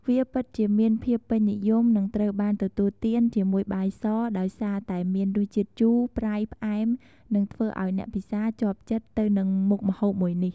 វាពិតជាមានភាពពេញនិយម និងត្រូវបានទទួលទានជាមួយបាយស ដោយសារតែមានរសជាតិជូរ ប្រៃ ផ្អែម និងធ្វើឱ្យអ្នកពិសាជាប់ចិត្តទៅនឹងមុខម្ហូបមួយនេះ។